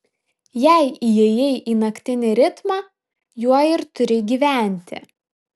jei įėjai į naktinį ritmą juo ir turi gyventi